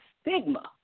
stigma